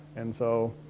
and so